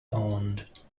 owned